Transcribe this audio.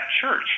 church